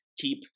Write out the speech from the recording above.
keep